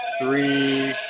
three